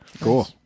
Cool